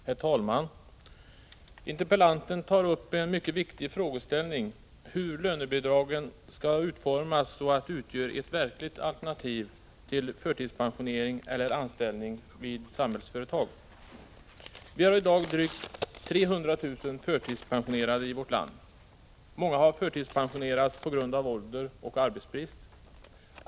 Herr talman! Interpellanten tar upp en mycket viktig frågeställning, nämligen hur lönebidragen skall utformas så att de utgör ett verkligt alternativ till förtidspensionering eller anställning inom Samhällsföretag. Vi har i dag drygt 300 000 förtidspensionerade i vårt land. Många har förtidspensionerats på grund av ålder och arbetsbrist.